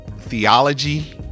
theology